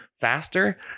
faster